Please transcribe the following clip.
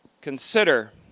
consider